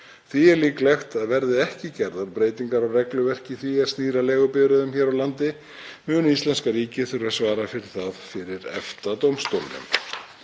Því er líklegt að verði ekki gerðar breytingar á regluverki því er snýr að leigubifreiðum hér á landi muni íslenska ríkið þurfa að svara fyrir það fyrir EFTA-dómstólnum.